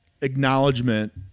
acknowledgement